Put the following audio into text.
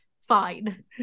Fine